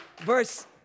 Verse